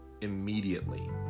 immediately